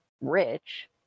rich